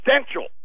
essential